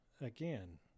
again